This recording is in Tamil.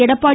எடப்பாடி